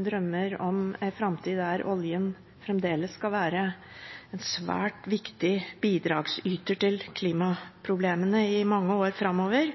drømmer om en framtid der oljen fremdeles skal være en svært viktig bidragsyter til klimaproblemene i mange år framover,